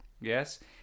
Yes